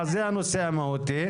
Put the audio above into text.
זה הנושא המהותי.